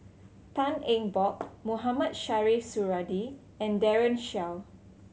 Tan Eng Bock Mohamed Shiau Suradi and Daren Shiau